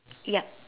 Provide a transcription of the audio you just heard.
yup